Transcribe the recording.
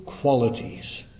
qualities